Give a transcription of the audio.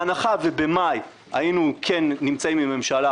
בהנחה ובמאי היינו כן נמצאים עם ממשלה,